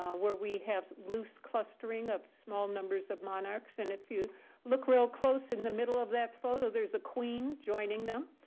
where we have loose clustering of small numbers of monarchs. and if you look real close, in the middle of that photo, there's a queen joining them.